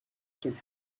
can